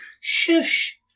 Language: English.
Shush